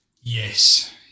yes